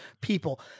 people